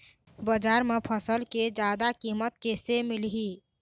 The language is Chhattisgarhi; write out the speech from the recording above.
बजार म फसल के जादा कीमत कैसे मिलही?